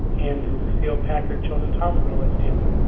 and the lucile packard children's hospital at stanford.